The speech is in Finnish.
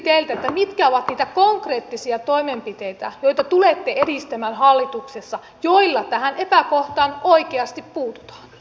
mitkä ovat niitä konkreettisia toimenpiteitä joita tulette edistämään hallituksessa ja joilla tähän epäkohtaan oikeasti puututaan